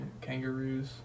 kangaroos